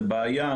זה בעיה,